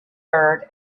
herd